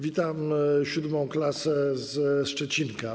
Witam VII klasę ze Szczecinka.